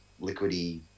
liquidy